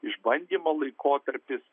išbandymo laikotarpis